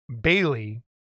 Bailey